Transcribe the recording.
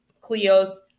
Clio's